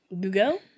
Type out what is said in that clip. Google